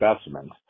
specimens